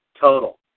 total